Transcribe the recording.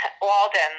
Walden